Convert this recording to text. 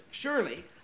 surely